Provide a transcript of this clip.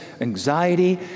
anxiety